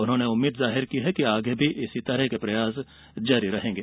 उन्होंने उम्मीद् जाहिर की कि आगे भी इस तरह के प्रयास जारी रहेंगे